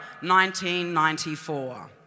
1994